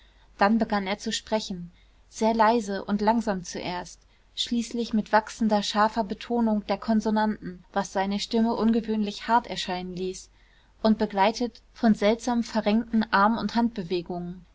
dann begann er zu sprechen sehr leise und langsam zuerst schließlich mit wachsender scharfer betonung der konsonanten was seine stimme ungewöhnlich hart erscheinen ließ und begleitet von seltsam verrenkten arm und handbewegungen